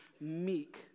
meek